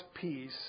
peace